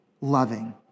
loving